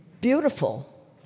Beautiful